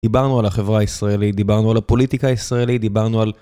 דיברנו על החברה הישראלית, דיברנו על הפוליטיקה הישראלית, דיברנו על...